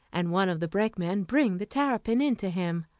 and one of the brakemen bring the terrapin in to him.